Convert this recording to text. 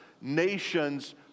nations